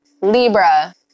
Libra